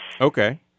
Okay